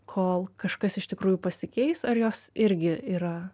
kol kažkas iš tikrųjų pasikeis ar jos irgi yra